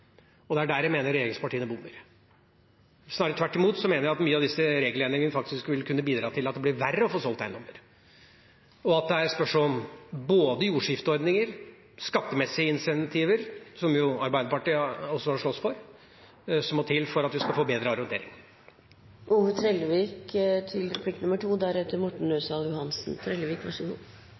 og det er der jeg mener regjeringspartiene bommer. Jeg mener snarere tvert imot at mange av disse regelendringene faktisk vil kunne bidra til at det blir verre å få solgt eiendommer, og at det må til både jordskifteordninger og skattemessige incentiver, som Arbeiderpartiet også har slåss for, for at vi skal få bedre arrondering. Eg tvilar ikkje på at du har god